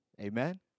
Amen